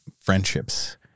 friendships